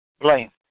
Blame